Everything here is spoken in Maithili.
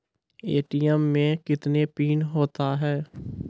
ए.टी.एम मे कितने पिन होता हैं?